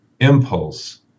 impulse